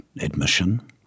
admission